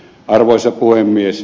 arvoisa puhemies